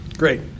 Great